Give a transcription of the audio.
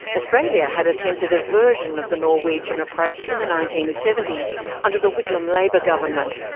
australia had attempted a version of the norwegian approach in the nineteen seventy s under the whitlam labor government,